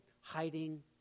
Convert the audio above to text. hiding